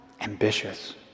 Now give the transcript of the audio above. ambitious